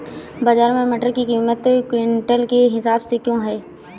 बाजार में मटर की कीमत क्विंटल के हिसाब से क्यो है?